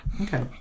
Okay